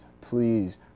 Please